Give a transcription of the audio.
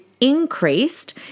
increased